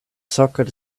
socket